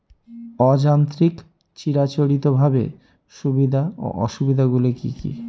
অযান্ত্রিক চিরাচরিতভাবে সুবিধা ও অসুবিধা গুলি কি কি?